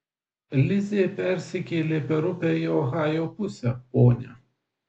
lizė persikėlė per upę į ohajo pusę ponia